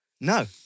No